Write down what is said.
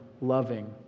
loving